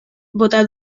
bota